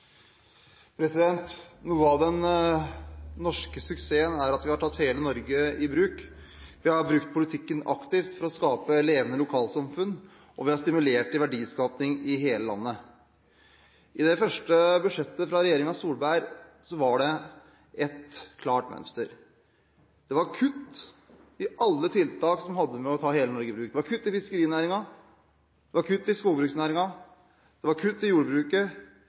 at vi har tatt hele Norge i bruk. Vi har brukt politikken aktivt for å skape levende lokalsamfunn, og vi har stimulert til verdiskaping i hele landet. I det første budsjettet fra regjeringen Solberg var det et klart mønster. Det var kutt i alle tiltak som hadde å gjøre med å ta hele Norge i bruk. Det var kutt i fiskerinæringen, det var kutt i skogbruksnæringen, det var kutt i jordbruket,